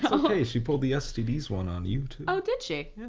ok she pulled the stds one on you too. oh did she? yeah,